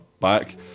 back